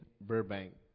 Burbank